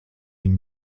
viņu